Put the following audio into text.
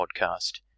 podcast